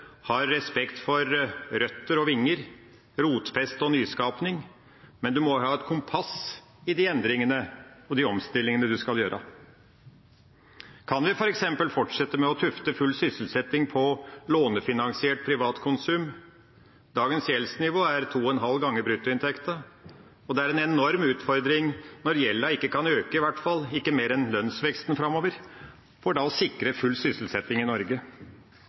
har respekt for både røtter og vinger, rotfeste og nyskaping, men en må ha et kompass i de endringene og de omstillingene en skal gjøre. Kan vi f.eks. fortsette med å tufte full sysselsetting på lånefinansiert privatkonsum? Dagens gjeldsnivå er to og en halv ganger bruttoinntekten, og det er en enorm utfordring når gjelda ikke kan øke, i hvert fall ikke mer enn lønnsveksten framover, for da å sikre full sysselsetting i Norge.